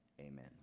amen